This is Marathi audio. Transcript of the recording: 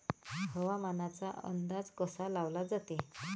हवामानाचा अंदाज कसा लावला जाते?